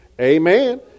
Amen